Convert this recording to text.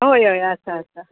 हय हय आसा आसा